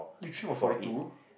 was forty two